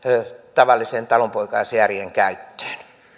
tavallisen talonpoikaisjärjen käyttöön